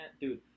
Dude